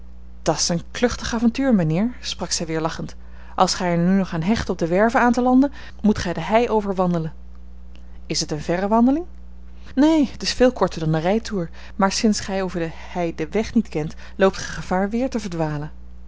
dat's een kluchtig avontuur mijnheer sprak zij weer lachend als gij er nu nog aan hecht op de werve aan te landen moet gij de hei over wandelen is het eene verre wandeling neen t is veel korter dan de rijtoer maar sinds gij over de hei den weg niet kent loopt gij gevaar weer te verdwalen